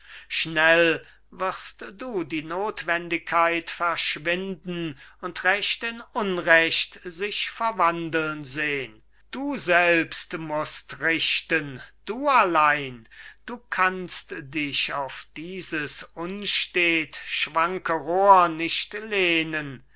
schnell wirst du die notwendigkeit verschwinden und recht in unrecht sich verwandeln sehn du selbst mußt richten du allein du kannst dich auf dieses unstet schwanke rohr nicht lehnen